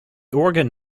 organ